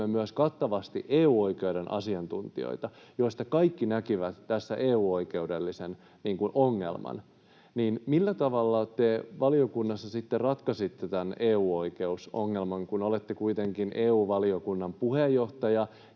myös kattavasti EU-oikeuden asiantuntijoita, joista kaikki näkivät tässä EU-oikeudellisen ongelman — että millä tavalla te valiokunnassa sitten ratkaisitte tämän EU-oikeusongelman, kun olette kuitenkin EU-valiokunnan puheenjohtaja,